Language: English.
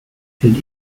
should